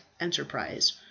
enterprise